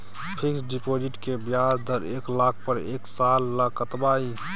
Fixed deposit के ब्याज दर एक लाख पर एक साल ल कतबा इ?